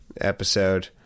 episode